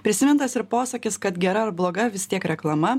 prisimintas ir posakis kad gera ar bloga vis tiek reklama